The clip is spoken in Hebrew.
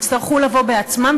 הם יצטרכו לבוא בעצמם,